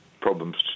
problems